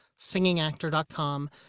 singingactor.com